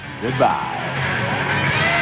Goodbye